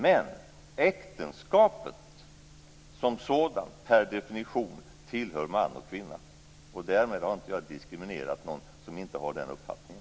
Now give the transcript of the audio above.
Men äktenskapet som sådant tillhör per definition man och kvinna. Därmed har jag inte diskriminerat någon som inte har den uppfattningen.